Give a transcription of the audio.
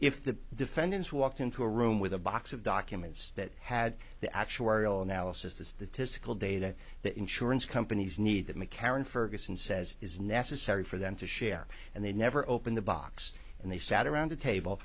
if the defendants walked into a room with a box of documents that had the actuarial analysis the statistical data that the insurance companies needed mccarron ferguson says is necessary for them to share and they never open the box and they sat around the table